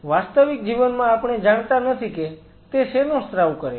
હવે વાસ્તવિક જીવનમાં આપણે જાણતા નથી કે તે શેનો સ્ત્રાવ કરે છે